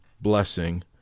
blessing